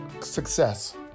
success